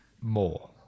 More